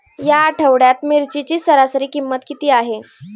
या आठवड्यात मिरचीची सरासरी किंमत किती आहे?